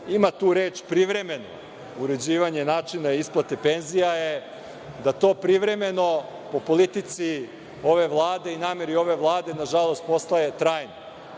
ima tu reč „privremeno“ uređivanje načina isplate penzija je da to „privremeno“ u politici ove Vlade i nameri ove Vlade, nažalost, postaje trajno. Kada